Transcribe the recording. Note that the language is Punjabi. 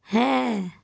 ਹੈ